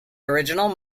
original